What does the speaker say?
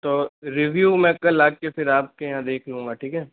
तो रिव्यु मैं कल आके फिर आपके यहाँ देख लूँगा ठीक है